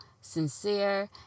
sincere